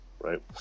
right